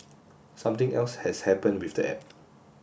something else has happened with the app